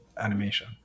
animation